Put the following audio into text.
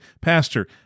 Pastor